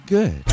Good